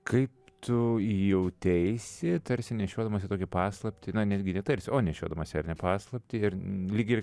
kaip tu jauteisi tarsi nešiodamasi tokią paslaptį na netgi ne tarsi o nešiodamasi ar ne paslaptį ir lyg ir